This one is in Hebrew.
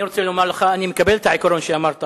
אני רוצה לומר לך שאני מקבל את העיקרון שאמרת,